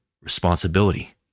responsibility